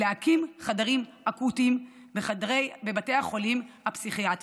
להקים חדרים אקוטיים בבתי החולים הפסיכיאטריים.